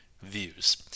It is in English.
views